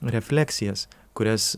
refleksijas kurias